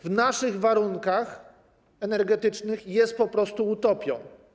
W naszych warunkach energetycznych jest po prostu utopią.